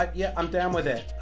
ah yeah, i'm down with it.